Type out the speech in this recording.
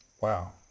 Wow